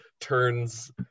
turns